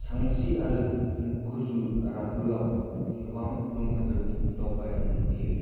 सांची आरो खजुराहोआव गोबां गुबुन हादोरनि दावबायारिफोर फैयो